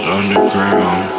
underground